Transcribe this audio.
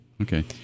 Okay